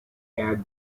add